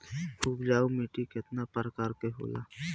उपजाऊ माटी केतना प्रकार के होला?